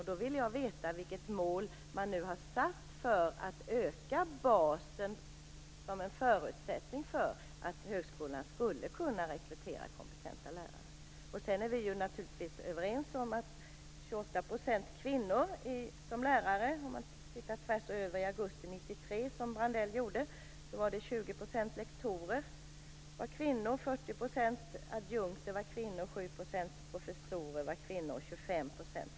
Jag vill därför veta vilket mål man nu har satt för att öka basen, vilket är en förutsättning för att högskolorna skall kunna rekrytera kompetenta lärare. Om vi tittar på läget i augusti 1993, som Brandell gjorde, ser vi att det då var 28 % kvinnor bland lärarna. Av lektorerna var 20 % kvinnor, av adjunkterna 40 %, av professorerna 7 % och av forskarassistenterna 25 %.